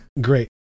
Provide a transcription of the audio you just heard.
Great